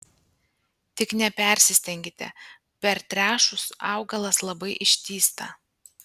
tik nepersistenkite pertręšus augalas labai ištįsta